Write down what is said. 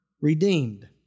redeemed